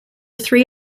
three